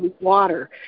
water